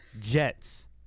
Jets